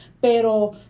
pero